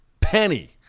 penny